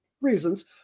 reasons